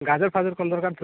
ଗାଜରଫାଜର କଣ ଦରକାର ଥିଲା